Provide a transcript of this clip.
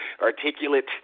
articulate